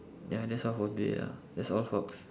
ya that's all for today ya that's all folks